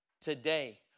Today